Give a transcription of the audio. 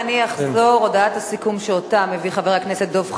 ואני אחזור: הודעת הסיכום שמביא חבר הכנסת דב חנין,